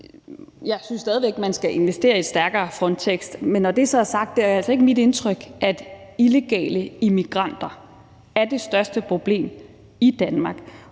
Jeg synes stadig væk, at man skal investere i et stærkere Frontex, men når det så er sagt, er det altså ikke mit indtryk, at illegale immigranter er det største problem i Danmark.